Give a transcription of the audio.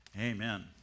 amen